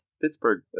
Pittsburgh